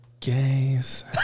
gays